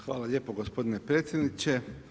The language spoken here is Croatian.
Hvala lijepo gospodine potpredsjedniče.